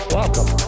Welcome